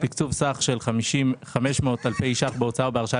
תקצוב סך של 500 אלפי ש"ח בהוצאה ובהרשאה